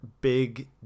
big